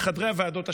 בחדרי הוועדות השונים.